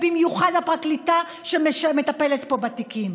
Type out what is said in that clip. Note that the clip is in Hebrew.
ובמיוחד הפרקליטה שמטפלת פה בתיקים,